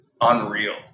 unreal